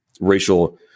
racial